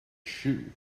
shoe